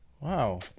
Wow